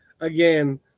again